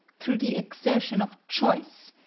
through the exertion of choice,